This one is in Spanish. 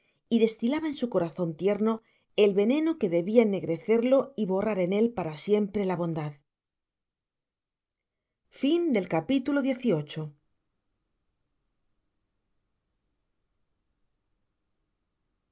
y destilaba en su corazon tierno el veneno quo debia ennegrecerlo y horrar en él para siempre la bondad